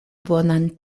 bonan